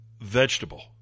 vegetable